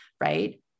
right